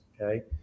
okay